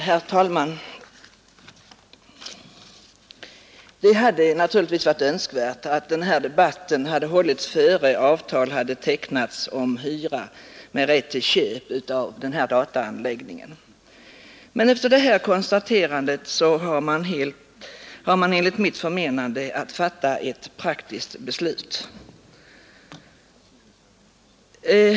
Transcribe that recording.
Herr talman! Det hade naturligtvis varit önskvärt att denna debatt hållits innan avtal tecknats om hyra med rätt till köp av dataanläggningen. Men efter detta konstaterande har man enligt mitt förmenande att fatta ett praktiskt beslut.